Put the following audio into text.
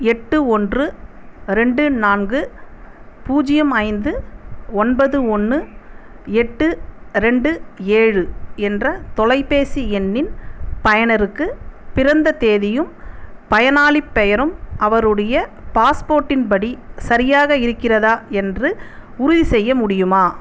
எட்டு ஒன்று ரெண்டு நான்கு பூஜ்ஜியம் ஐந்து ஒன்பது ஒன்று எட்டு ரெண்டு ஏழு என்ற தொலைபேசி எண்ணின் பயனருக்கு பிறந்த தேதியும் பயனாளிப் பெயரும் அவருடைய பாஸ்போர்ட்டின் படி சரியாக இருக்கிறதா என்று உறுதிசெய்ய முடியுமா